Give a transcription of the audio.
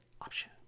option